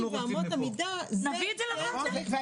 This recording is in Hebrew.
בדיוק.